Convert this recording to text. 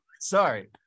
sorry